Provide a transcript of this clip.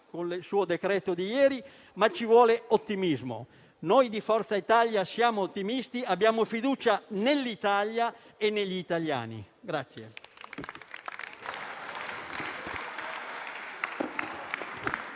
con il decreto-legge di ieri), ma anche ottimismo. Noi di Forza Italia siamo ottimisti e abbiamo fiducia nell'Italia e negli italiani.